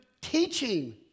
teaching